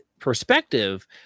perspective